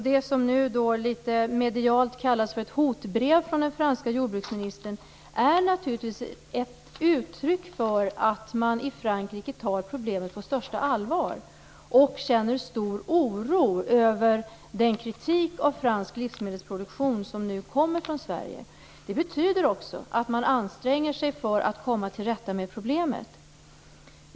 Det som nu litet medialt kallas ett hotbrev från den franska jordbruksministern är naturligtvis ett uttryck för att man i Frankrike tar problemet på största allvar och känner stor oro över den kritik mot fransk livsmedelsproduktion som nu kommer från Sverige. Detta betyder också att man anstränger sig för att komma till rätta med problemet.